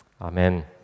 Amen